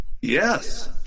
Yes